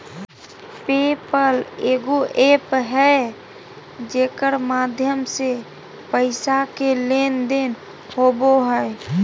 पे पल एगो एप्प है जेकर माध्यम से पैसा के लेन देन होवो हय